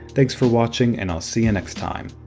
thanks for watching, and i'll see you next time.